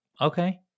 okay